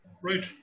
Right